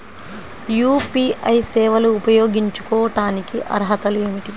UPI సేవలు ఉపయోగించుకోటానికి అర్హతలు ఏమిటీ?